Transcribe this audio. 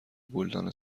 گلدان